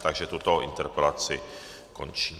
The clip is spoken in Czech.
Takže tuto interpelaci končím.